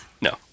No